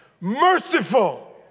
merciful